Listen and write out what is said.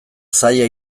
zaila